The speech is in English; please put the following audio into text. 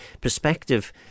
perspective